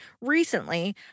Recently